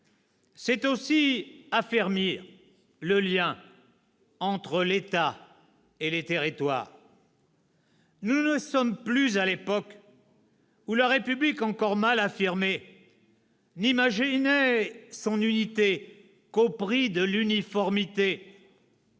c'est aussi affermir le lien entre l'État et les territoires. « Nous ne sommes plus à l'époque où la République, encore mal affirmée, n'imaginait son unité qu'au prix de l'uniformité.